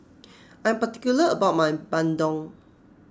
I am particular about my Bandung